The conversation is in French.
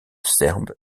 serbe